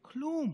כלום.